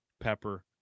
pepper